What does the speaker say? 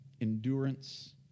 endurance